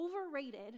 overrated